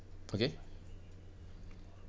okay